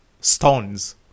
stones